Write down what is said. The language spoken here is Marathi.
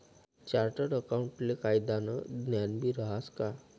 चार्टर्ड अकाऊंटले कायदानं ज्ञानबी रहास का